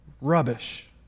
rubbish